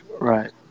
Right